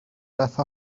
beth